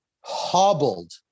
hobbled